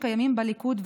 שקיימים בליכוד,